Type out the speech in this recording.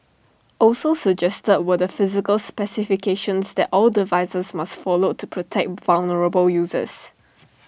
also suggested were the physical specifications that all devices must follow to protect vulnerable users